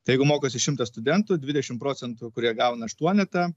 tai jeigu mokosi šimtas studentų dvidešim procentų kurie gauna aštuonetą